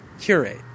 curate